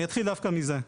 אני אתחיל דווקא מזה.